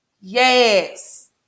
Yes